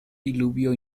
diluvio